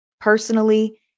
personally